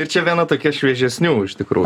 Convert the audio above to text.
ir čia viena tokia šviežesnių iš tikrų